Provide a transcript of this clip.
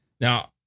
now